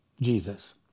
Jesus